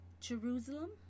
Jerusalem